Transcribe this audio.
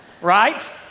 Right